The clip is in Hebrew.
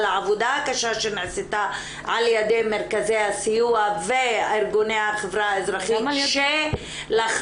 על העבודה הקשה שנעשתה על ידי מרכזי הסיוע וארגוני החברה האזרחית שלחצו.